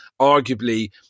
arguably